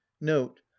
Note